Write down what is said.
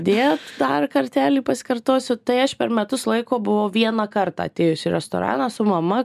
deja dar kartelį pasikartosiu tai aš per metus laiko buvau vieną kartą atėjus į restoraną su mama